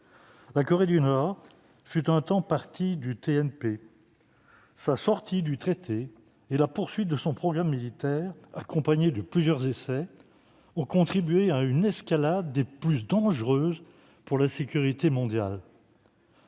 armes nucléaires (TNP). Sa « sortie » du TNP et la poursuite de son programme militaire, accompagnée de plusieurs essais, ont contribué à une escalade des plus dangereuses pour la sécurité mondiale.